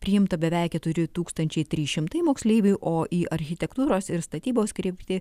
priimta beveik keturi tūkstančiai trys šimtai moksleivių o į architektūros ir statybos kryptį